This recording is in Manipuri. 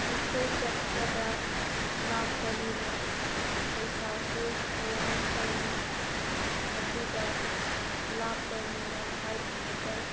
ꯑꯩꯈꯣꯏ ꯆꯠꯄꯗ ꯂꯥꯞꯄꯅꯤꯅ ꯄꯩꯁꯥꯁꯨ ꯃꯌꯥꯝ ꯆꯪꯉꯤ ꯑꯗꯨꯒ ꯂꯥꯞꯄꯅꯤꯅ ꯍꯥꯔꯠ ꯑꯦꯇꯦꯛ